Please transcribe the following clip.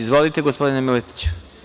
Izvolite, gospodine Miletiću.